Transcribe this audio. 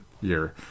year